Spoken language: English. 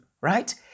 right